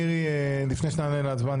לפני שנעלה להצבעה,